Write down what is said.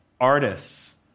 artists